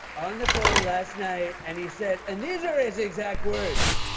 on the phone last night and he said, and these are his exact words,